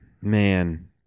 man